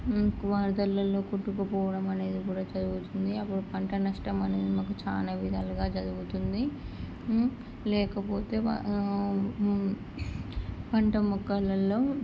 వరదలల్లో కొట్టుకుపోవడం అనేది కూడా జరుగుతుంది అప్పుడు పంట నష్టం అనేది మాకు చాలా విధాలుగా జరుగుతుంది లేకపోతే పంట మొక్కలల్లో